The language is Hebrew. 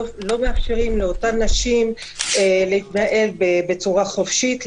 מאפשרים לאותן נשים להתנהל בצורה חופשית.